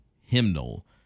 hymnal